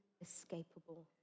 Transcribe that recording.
inescapable